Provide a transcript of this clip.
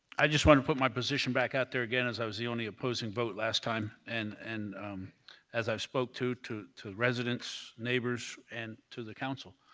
i just want to put my position back out there again, as i was the only opposing vote last time, and and as i've spoke to to residents, neighbors, and to the council,